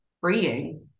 freeing